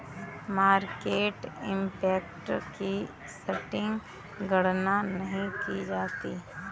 market impact की सटीक गणना नहीं की जा सकती